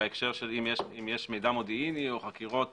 בהקשר, אם יש מידע מודיעיני או מצביעות